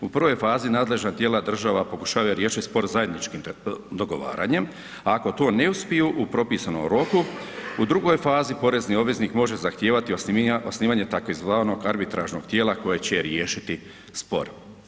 U prvoj fazi nadležna tijela država pokušavaju riješiti spor zajedničkim dogovaranjem a ako to ne uspiju propisanom roku, u drugoj fazi porezni obveznik može zahtijevati osnivanje tzv. arbitražnog tijela koje će riješiti spor.